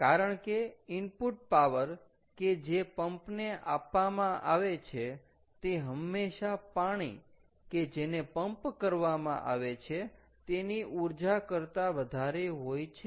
કારણ કે input power કે જે પંપને આપવામાં આવે છે તે હંમેશા પાણી કે જેને પંપ કરવામાં આવે છે તેની ઊર્જા કરતા વધારે હોય છે